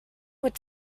would